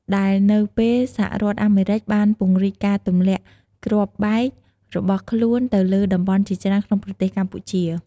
ដែលនៅពេលសហរដ្ឋអាមេរិកបានពង្រីកការទម្លាក់គ្រាប់បែករបស់ខ្លួនទៅលើតំបន់ជាច្រើនក្នុងប្រទេសកម្ពុជា។